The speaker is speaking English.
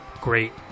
great